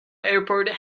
airport